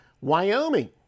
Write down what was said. Wyoming